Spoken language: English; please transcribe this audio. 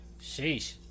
Sheesh